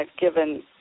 given